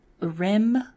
Rim